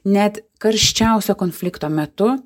net karščiausio konflikto metu